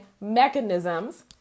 mechanisms